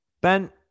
Ben